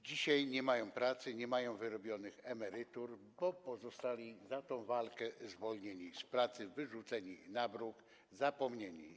Dzisiaj nie mają pracy, nie mają wyrobionych emerytur, bo zostali za tę walkę zwolnieni z pracy, wyrzuceni na bruk, zapomnieni.